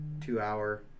two-hour